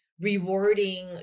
rewarding